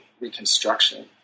Reconstruction